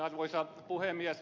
arvoisa puhemies